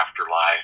afterlife